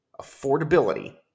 affordability